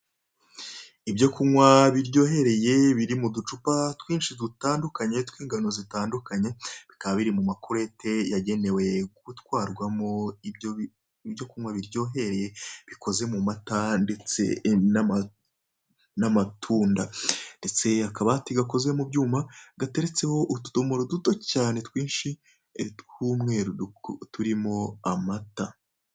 Ibyo kunywa biryohereye biri mu ducupa twinshi dutandukanye tw'ingano zitandukanye. Bikaba biri mu makurete yagenewe gutwarwamo ibyo kunywa biryoheye; bikozwe mu mata ndeste n'amatunda. Ndeste akabati gakozwe mu byuma, gateretseho utudomoro duto cyane twinshi tw'umweru turimo amata.